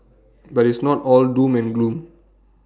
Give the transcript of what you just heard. but it's not all doom and gloom